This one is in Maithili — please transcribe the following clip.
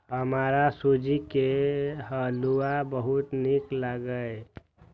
हमरा सूजी के हलुआ बहुत नीक लागैए